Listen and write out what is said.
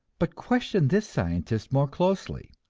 but question this scientist more closely.